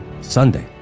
Sunday